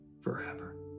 forever